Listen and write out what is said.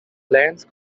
plans